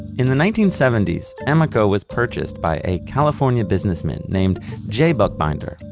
in the nineteen seventy s emeco was purchased by a california businessman named jay buchbinder,